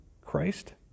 Christ